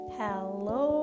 hello